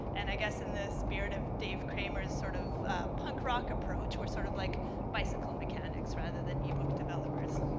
and i guess in the spirit of dave kramer's sort of punk-rock approach we're sort of like bicycle mechanics rather than ebook developers,